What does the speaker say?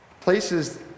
Places